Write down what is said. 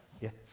Yes